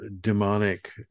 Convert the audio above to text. demonic